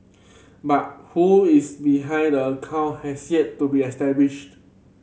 but who is behind the account has yet to be established